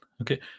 Okay